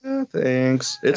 thanks